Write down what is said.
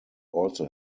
also